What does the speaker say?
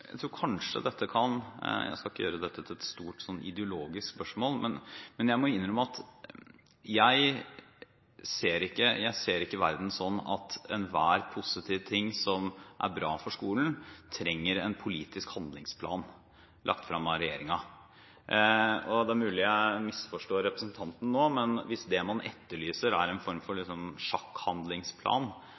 må innrømme at jeg ikke ser verden sånn at enhver positiv ting som er bra for skolen, trenger en politisk handlingsplan lagt frem av regjeringen. Det er mulig jeg misforstår representanten nå, men hvis det man etterlyser er en form for sjakkhandlingsplan